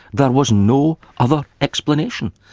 there was no other explanation.